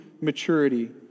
maturity